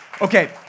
Okay